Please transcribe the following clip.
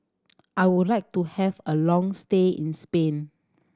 I would like to have a long stay in Spain